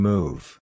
Move